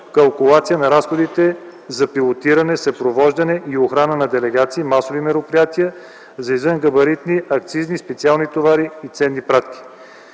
калкулация на разходите за пилотиране, съпровождане и охрана на делегации, масови мероприятия, за извънгабаритни, акцизни и специални товари и ценни пратки.